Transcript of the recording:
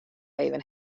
even